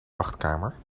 wachtkamer